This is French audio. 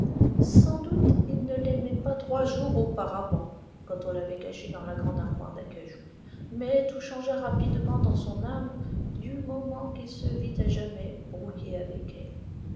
sans doute il ne l'aimait pas trois jours auparavant quand on l'avait caché dans la grande armoire d'acajou mais tout changea rapidement dans son âme du moment qu'il se vit à jamais brouillé avec elle